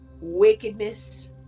wickedness